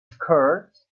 skirts